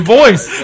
voice